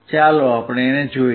ચાલો જોઈએ